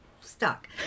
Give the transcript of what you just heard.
stuck